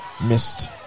missed